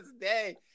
day